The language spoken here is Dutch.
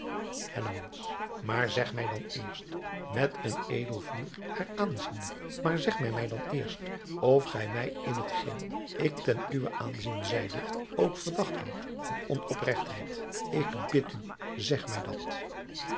maar zeg mij dan eerst met een edel vuur haar aanziende maar zeg mij mij dan eerst of gij mij in hetgeen ik ten uwen aanzien zeide ook verdacht houdt van onopregtheid ik bid u zeg mij dat